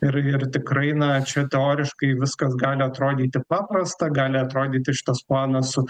ir ir tikrai na čia teoriškai viskas gali atrodyti paprasta gali atrodyti šitas planas su